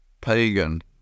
pagan